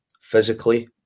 physically